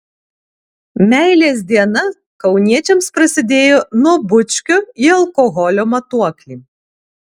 meilės diena kauniečiams prasidėjo nuo bučkio į alkoholio matuoklį